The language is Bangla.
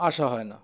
আসা হয় না